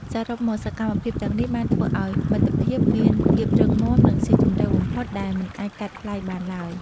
សរុបមក សកម្មភាពទាំងនេះបានធ្វើឱ្យមិត្តភាពមានភាពរឹងមាំនិងស៊ីជម្រៅបំផុតដែលមិនអាចកាត់ថ្លៃបានឡើយ។